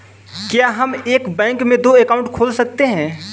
क्या हम एक बैंक में दो अकाउंट खोल सकते हैं?